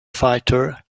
fighter